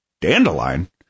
Dandelion